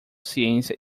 ciência